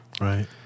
Right